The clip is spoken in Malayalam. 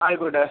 ആയിക്കോട്ടെ